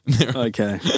Okay